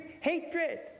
hatred